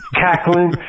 cackling